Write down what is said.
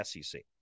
SEC